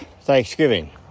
Thanksgiving